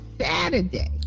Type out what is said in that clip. Saturday